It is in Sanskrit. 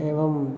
एवम्